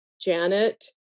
Janet